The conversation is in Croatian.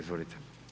Izvolite.